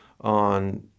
on